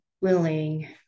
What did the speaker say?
willing